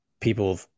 people